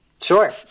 Sure